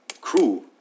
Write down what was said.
crew